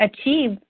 achieve